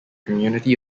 community